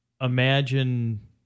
imagine